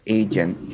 agent